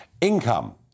income